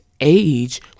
age